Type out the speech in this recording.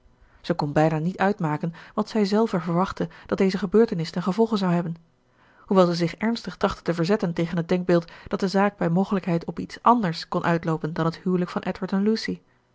zij kon bijna niet uitmaken wat zij zelve verwachtte dat deze gebeurtenis ten gevolge zou hebben hoewel zij zich ernstig trachtte te verzetten tegen het denkbeeld dat de zaak bij mogelijkheid op iets anders kon uitloopen dan het huwelijk van edward en lucy